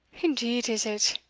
indeed is it,